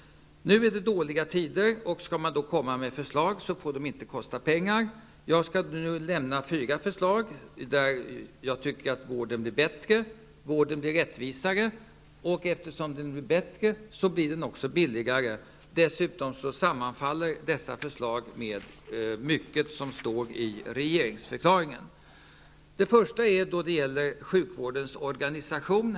Nu är det dåliga tider. Om man skall komma med förslag får de inte kosta pengar. Jag skall nu lämna fyra förslag som jag anser skulle leda till att vården blir bättre och rättvisare. Eftersom den blir bättre, så blir den också billigare. Dessutom sammanfaller dessa förslag med mycket som står i regeringsförklaringen. Det första förslaget gäller sjukvårdens organisation.